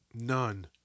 None